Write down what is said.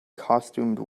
costumed